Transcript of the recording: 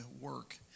work